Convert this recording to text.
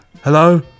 hello